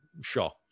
Sure